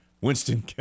Winston